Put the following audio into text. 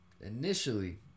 Initially